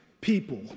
people